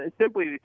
simply